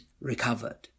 recovered